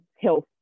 health